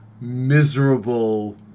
miserable